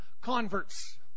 converts